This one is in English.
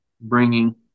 bringing